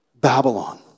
Babylon